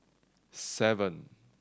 seven